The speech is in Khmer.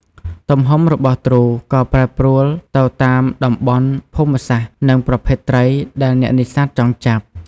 ទំហំរបស់ទ្រូក៏ប្រែប្រួលទៅតាមតំបន់ភូមិសាស្ត្រនិងប្រភេទត្រីដែលអ្នកនេសាទចង់ចាប់។